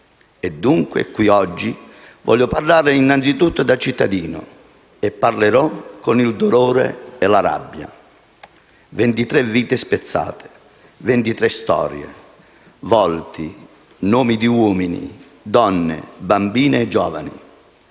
Dunque, qui, oggi, voglio parlare innanzitutto da cittadino, e parlerò con il dolore e la rabbia. Ventitré vite spezzate, ventitré storie, volti, nomi di uomini, donne, bambini e giovani.